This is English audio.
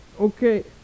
Okay